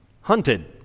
hunted